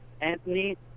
Anthony